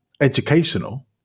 educational